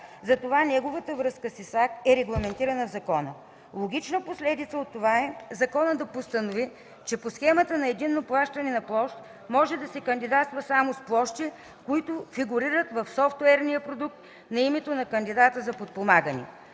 затова неговата връзка с ИСАК е регламентирана в закона. Логична последица от това е законът да постанови, че по Схемата за единно плащане на площ може да се кандидатства само с площи, които фигурират в софтуерния продукт на името на кандидата за подпомагане.